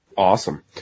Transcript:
Awesome